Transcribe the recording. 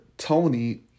Tony